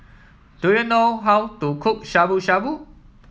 do you know how to cook Shabu Shabu